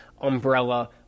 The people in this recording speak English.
umbrella